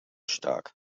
stark